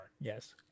yes